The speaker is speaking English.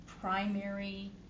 primary